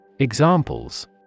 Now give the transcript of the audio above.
Examples